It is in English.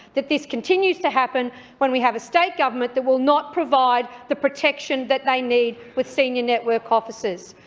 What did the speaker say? that this continues to happen when we have a state government that will not provide the protection that they need with senior network officers.